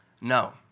no